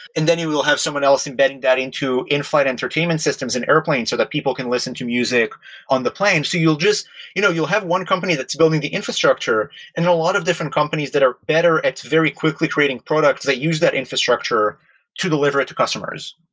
and then you will have someone else embedding that into inflight entertainment systems and airplanes so that people can listen to music on the plane. so you'll just you know you'll have one company that's building the infrastructure and a lot of different companies that are better at very quickly creating products that use that infrastructure to deliver it to customers.